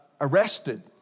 arrested